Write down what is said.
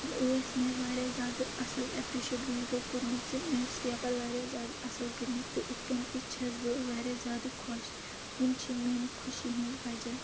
ٲس مےٚ واریاہ زیادٕ اَصٕل ایٚپرِشِیٹ گَرِکیو کوٚرمُت زِ مےٚ ٲسۍ پیپَر واریاہ زیادٕ اَصٕل کٔرمٕتۍ تہٕ اِتھ کٔنۍ تہِ چھَس بہٕ واریاہ زیادٕ خۄش یِم چھِ میانہِ خُشی ہٕنٛدۍ وجہ